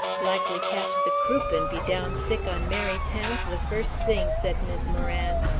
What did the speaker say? likely catch the croup and be down sick on mary's hands the first thing, said mis' moran.